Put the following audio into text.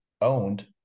owned